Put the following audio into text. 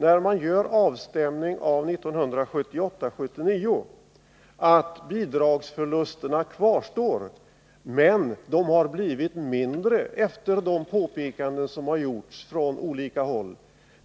När man gör avstämningen för 1978/79 framgår det också att bidragsförlusterna kvarstår, men de har blivit mindre än de ursprungligen beräknade efter de påpekanden som har gjorts från olika håll,